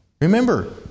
Remember